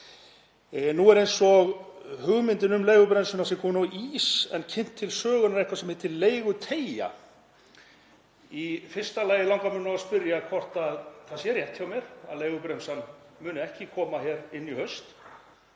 Nú er eins og hugmyndin um leigubremsuna sé komin á ís en kynnt til sögunnar eitthvað sem er heitir leiguteygja. Í fyrsta lagi langar mig að spyrja hvort það sé rétt hjá mér að leigubremsan muni ekki koma hér inn í haust,